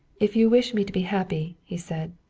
if you wish me to be happy, he said,